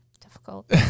difficult